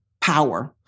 power